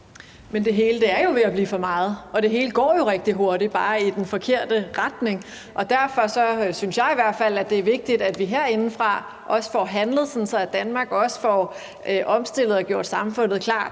Men det hele er jo ved at blive for meget, og det hele går jo rigtig hurtigt, bare i den forkerte retning. Derfor synes jeg i hvert fald, at det er vigtigt, at vi herindefra også får handlet, sådan at vi i Danmark også får omstillet og gjort samfundet klar